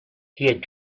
had